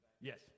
Yes